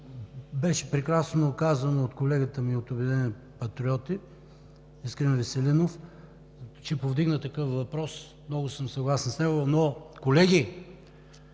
Беше прекрасно казано от колегата ми от „Обединени патриоти“ Искрен Веселинов, който повдигна такъв въпрос. Много съм съгласен с него. Колеги,